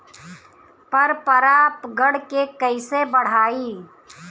पर परा गण के कईसे बढ़ाई?